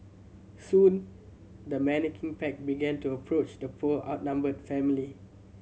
soon the menacing pack began to approach the poor outnumbered family